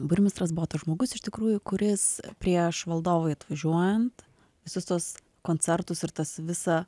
burmistras buvo tas žmogus iš tikrųjų kuris prieš valdovui atvažiuojant visus tuos koncertus ir tas visą